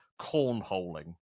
cornholing